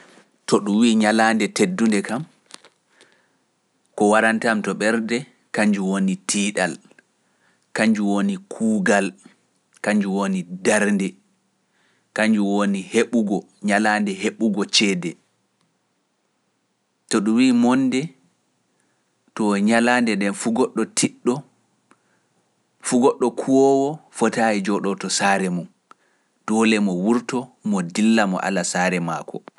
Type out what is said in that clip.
To ɗum wiye ñalaande teddunde kam, ko warante am to ɓerde, kanjum woni tiiɗal, kanjum woni kuugal, kanjum woni darnde, kanjum woni heɓugo, ñalaande nde fu goɗɗo tiɗɗo, fu goɗɗo kuwoowo fota e jooɗo to saare mum, doole mo wurto mo dilla mo ala saare makko.